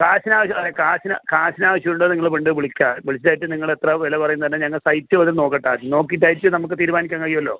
കാശിനാവശ്യം ആണെങ്കിൽ കാശിനാവശ്യം ഉണ്ടെങ്കിൽ നിങ്ങൾ വീണ്ടും വിളിക്കുക വിളിച്ച് ആയിട്ട് നിങ്ങളെത്ര വില പറയും എന്ന് പറഞ്ഞാൽ ഞങ്ങൾ സൈറ്റ് വന്നു നോക്കട്ടെ ആദ്യം നോക്കിയിട്ട് ആയിട്ട് നമുക്ക് തീരുമാനിക്കാൻ കഴിയുമല്ലോ